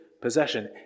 possession